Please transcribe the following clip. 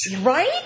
Right